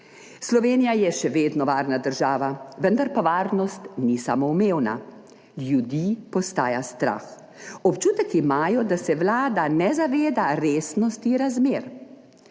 Slovenija je še vedno varna država, vendar pa varnost ni samoumevna. Ljudi postaja strah, občutek imajo, da se Vlada ne zaveda resnosti razmer.